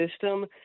system